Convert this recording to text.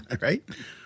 Right